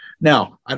Now